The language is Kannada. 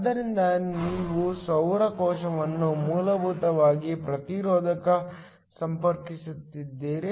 ಆದ್ದರಿಂದ ನೀವು ಸೌರ ಕೋಶವನ್ನು ಮೂಲಭೂತವಾಗಿ ಪ್ರತಿರೋಧಕಕ್ಕೆ ಸಂಪರ್ಕಿಸಿದ್ದೀರಿ